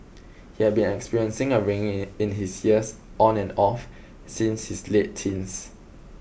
he had been experiencing a ringing in his ears on and off since his late teens